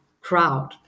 crowd